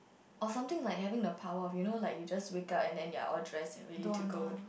or something like having the power you know like you just wake up and you're all dressed and ready to go